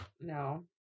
no